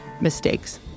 mistakes